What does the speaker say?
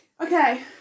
Okay